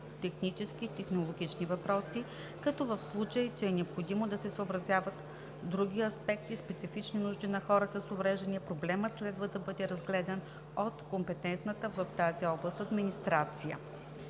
технически и технологични въпроси, като в случай че е необходимо да се съобразят други аспекти и специфични нужди на хората с увреждания, проблемът следва да бъде разгледан от компетентната в тази област администрация.